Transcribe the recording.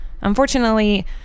Unfortunately